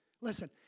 Listen